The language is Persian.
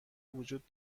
وجود